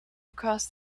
across